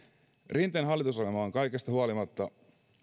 rinteen hallitusohjelma on kaikesta huolimatta